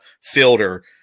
filter